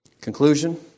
Conclusion